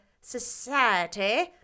society